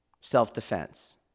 self-defense